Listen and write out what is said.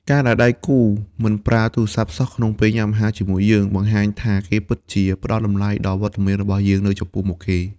ការដែលដៃគូមិនប្រើទូរស័ព្ទសោះក្នុងពេលញ៉ាំអាហារជាមួយយើង បង្ហាញថាគេពិតជាផ្ដល់តម្លៃដល់វត្តមានរបស់យើងនៅចំពោះមុខគេ។